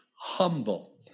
humble